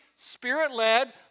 Spirit-led